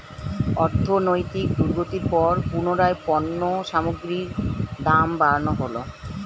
অর্থনৈতিক দুর্গতির পর পুনরায় পণ্য সামগ্রীর দাম বাড়ানো হলো